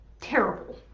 terrible